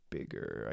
bigger